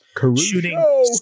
shooting